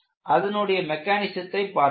அதனுடைய மெக்கானிஸத்தை பார்க்கலாம்